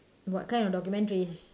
what kind of documentaries